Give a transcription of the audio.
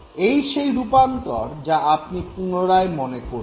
এই সেই রূপান্তর যা আপনি পুনরায় মনে করলেন